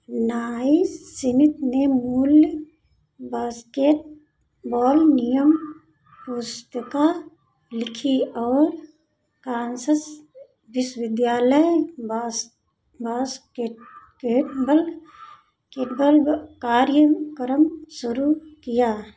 नाइ स्मिथ ने मूल बास्केटबॉल नियम पुस्तिका लिखी और कांसस विश्वविद्यालय बास्केटबॉल केटबॉल कार्यक्रम शुरू किया